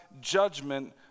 judgment